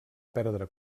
perdre